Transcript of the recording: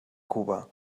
cuba